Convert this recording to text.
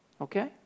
Okay